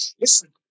Listen